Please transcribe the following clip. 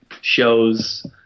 shows